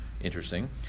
Interesting